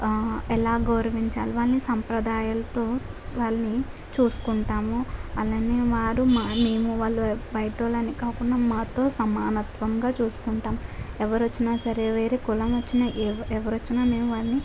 ఎలా గౌరవించాలి వాళ్ళని సంప్రదాయాలతో వాళ్ళని చూసుకుంటాము అలానే వారు మేము వాళ్ళు బయటోళ్ళని కాకుండా మాతో సమానత్వంగా చూసుకుంటాం ఎవరు వచ్చిన సరే వేరే కులం వచ్చిన ఎవరు వచ్చిన మేము వారిని